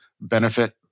benefit